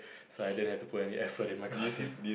so I didn't have to put any effort in my classes